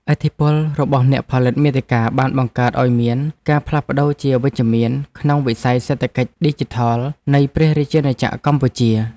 ឥទ្ធិពលរបស់អ្នកផលិតមាតិកាបានបង្កើតឱ្យមានការផ្លាស់ប្តូរជាវិជ្ជមានក្នុងវិស័យសេដ្ឋកិច្ចឌីជីថលនៃព្រះរាជាណាចក្រកម្ពុជា។